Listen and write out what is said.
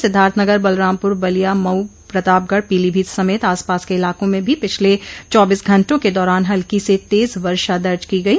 सिद्धार्थनगर बलरामपुर बलिया मऊ प्रतापगढ़ पीलीभीत समेत आसपास के इलाकों में भी पिछल चौबीस घंटों के दौरान हल्की से तेज वर्षा दर्ज की गयी